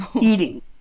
eating